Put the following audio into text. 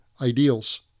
ideals